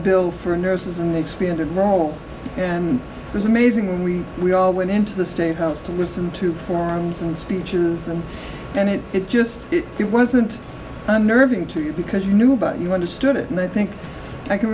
bill for nurses an expanded role and it was amazing we we all went into the state house to listen to forums and speeches and then it it just it wasn't unnerving to you because you knew but you understood it and i think i can